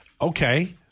Okay